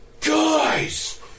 Guys